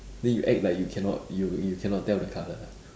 then you act like you cannot you you cannot tell the colour ah